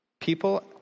people